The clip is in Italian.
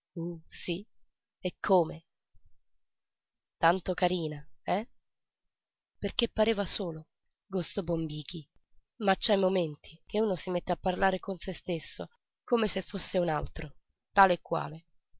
e come tanto carina eh perché pareva solo gosto bombici ma c'è momenti che uno si mette a parlare con se stesso come se fosse un altro tal e quale